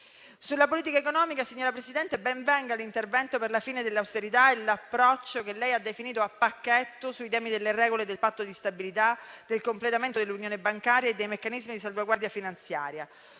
Sulla politica economica, signora Presidente, ben venga l'intervento per la fine dell'austerità e l'approccio che lei ha definito "a pacchetto" sui temi delle regole del Patto di stabilità, del completamento dell'unione bancaria e dei meccanismi di salvaguardia finanziaria.